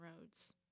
roads